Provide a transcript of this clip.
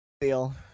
feel